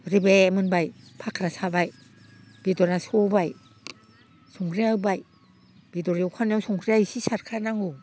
रिबे मोनबाय फाख्रा साबाय बेदरा सबाय संख्रिया होबाय बेदरा एवखानायाव संख्रिया इसे सारखा नांगौ